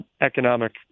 economic